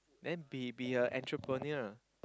then be be a entrepreneur